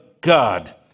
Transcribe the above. God